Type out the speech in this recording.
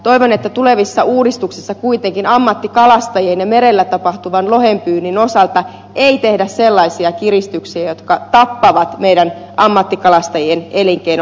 toivon että tulevissa uudistuksissa kuitenkaan ammattikalastajien ja merellä tapahtuvan lohenpyynnin osalta ei tehdä sellaisia kiristyksiä jotka tappavat meidän ammattikalastajien elinkeinon olosuhteet